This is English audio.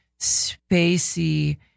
spacey